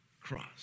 cross